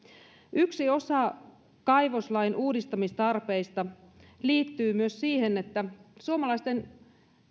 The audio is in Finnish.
yksi osa kaivoslain uudistamistarpeista liittyy myös siihen että suomalaisten